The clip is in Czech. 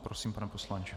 Prosím, pane poslanče.